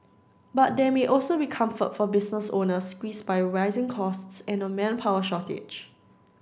but there may also be comfort for business owners squeeze by rising costs and a manpower shortage